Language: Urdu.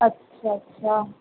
اچھا اچھا